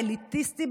האליטיסטי,